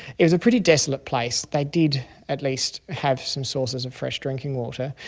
it was a pretty desolate place. they did at least have some sources of fresh drinking water,